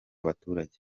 abaturage